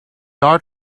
art